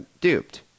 duped